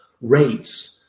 rates